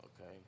Okay